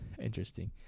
Interesting